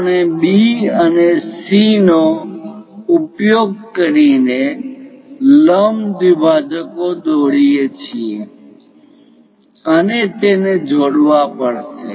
આપણે B અને C નો ઉપયોગ કરીને લંબ દ્વિભાજકો દોરીએ છીએ અને તેને જોડવા પડશે